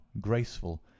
graceful